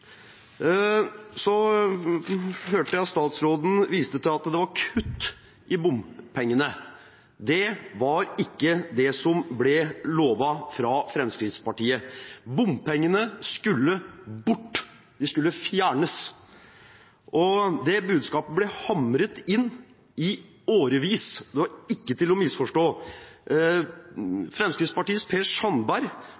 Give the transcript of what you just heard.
Så hørte jeg statsråden viste til at det var kutt i bompengene. Det var ikke det som ble lovet fra Fremskrittspartiet. Bompengene skulle bort. De skulle fjernes. Det budskapet ble hamret inn i årevis. Det var ikke til å misforstå. Fremskrittspartiets Per Sandberg